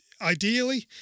ideally